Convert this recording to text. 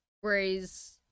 whereas